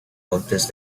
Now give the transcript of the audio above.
montes